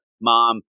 mom